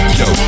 yo